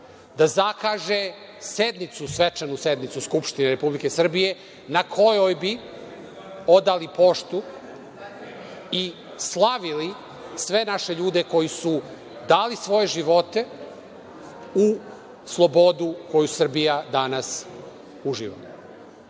da zakaže sednicu, svečanu sednicu Skupštine Republike Srbije, na kojoj bi odali poštu i slavili sve naše ljude koji su dali svoje živote u slobodu koju Srbija danas